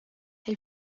elle